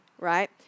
right